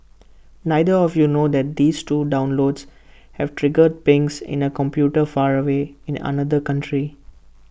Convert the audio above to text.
neither of you know that these two downloads have triggered pings in A computer far away in another country